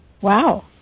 Wow